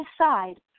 aside